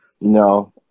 No